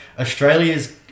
Australia's